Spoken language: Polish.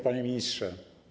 Panie Ministrze!